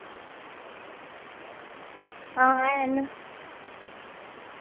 हां हैन